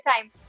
time